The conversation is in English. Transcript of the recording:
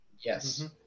Yes